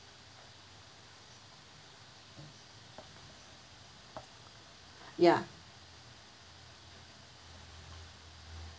ya